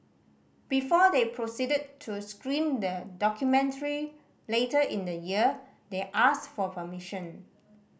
before they proceeded to screen the documentary later in the year they asked for permission